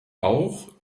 auch